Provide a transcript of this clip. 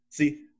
See